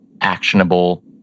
actionable